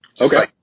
Okay